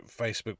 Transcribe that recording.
Facebook